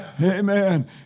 Amen